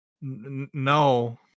no